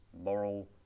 moral